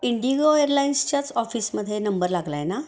Indigo एअरलाइन्सच्याच ऑफिसमध्ये number लागला आहे ना